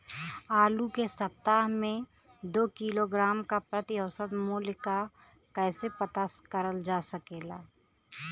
आलू के सप्ताह में दो किलोग्राम क प्रति औसत मूल्य क कैसे पता करल जा सकेला?